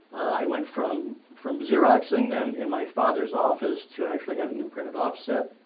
i went from from xeroxing them in my father's office to actually having them printed offset.